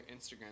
Instagram